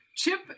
Chip-